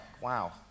Wow